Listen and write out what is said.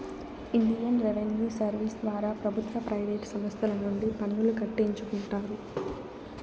Indian revenue service ద్వారా ప్రభుత్వ private సంస్తల నుండి పన్నులు కట్టించుకుంటారు